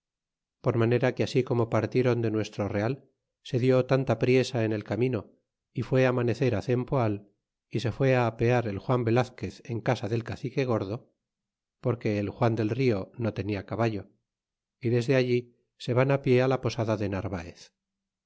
por manera que ansi como partiéron de nuestro real se di tanta priesa en el camino y fue amanecer cempoal y se fuó á apear el juan velazquez en casa del cacique gordo porque el juan del rio no tenia caballo y desde allí se van pie á la posada de narvaez